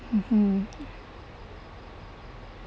mmhmm